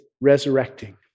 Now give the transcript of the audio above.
resurrecting